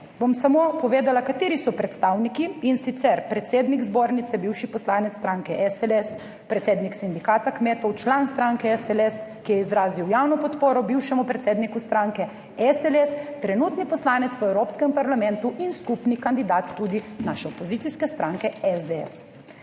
bom samo povedala, kateri so predstavniki, in sicer: predsednik zbornice, bivši poslanec stranke SLS, predsednik Sindikata kmetov, član stranke SLS, ki je izrazil javno podporo bivšemu predsedniku stranke SLS, trenutni poslanec v Evropskem parlamentu in skupni kandidat tudi naše opozicijske stranke SDS.